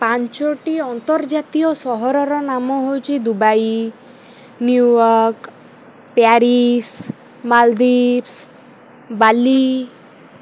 ପାଞ୍ଚଟି ଅନ୍ତର୍ଜାତୀୟ ସହରର ନାମ ହେଉଛି ଦୁବାଇ ନ୍ୟୁୟର୍କ ପ୍ୟାରିସ ମାଲଦୀପ୍ସ ବାଲି